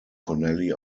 connelly